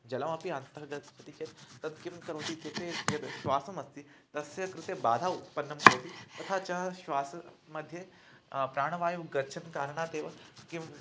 जलमपि अन्तः गच्छति चेत् तत् किं करोति इत्युक्ते यद् श्वासमस्ति तस्य कृते बाधः उत्पन्नं करोति तथा च श्वासमध्ये प्राणवायुः गच्छन् कारणात् एव किं